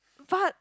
part